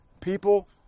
People